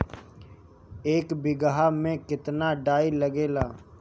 एक बिगहा में केतना डाई लागेला?